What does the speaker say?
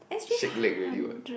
shake leg already what